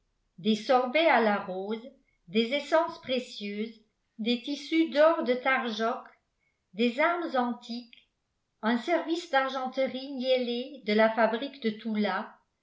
des sorbets à la rose des essences précieuses des tissus d'or de tarjok des armes antiques un service d'argenterie niellée de la fabrique de toula